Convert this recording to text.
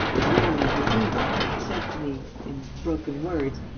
and, railing in her fever, she said to me, in broken words,